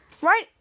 right